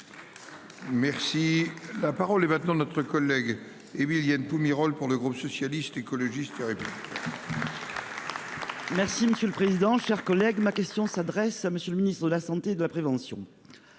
Merci la parole est maintenant notre collègue et oui ils viennent tous mes rôles pour le groupe socialiste écologiste.-- Merci monsieur le président. Chers collègues, ma question s'adresse à monsieur le ministre de la Santé et de la prévention.